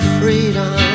freedom